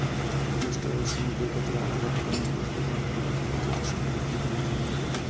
coastal বা সমুদ্র তটের আলাদা রকমের বাস্তুতন্ত্র হয় যেটা সমুদ্র জীবদের জন্য উপকারী